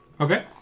Okay